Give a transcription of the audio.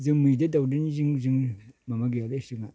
जों मैदेर दावदेरजों जों माबा गैयालै जोंहा